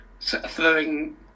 throwing